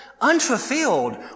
unfulfilled